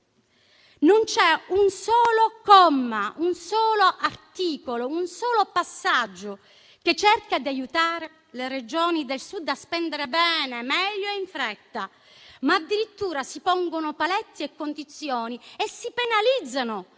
sono un solo comma, un solo articolo, un solo passaggio che cercano di aiutare le Regioni del Sud a spendere bene, meglio e in fretta, ma addirittura si pongono paletti e condizioni e si penalizzano